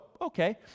okay